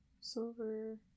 silver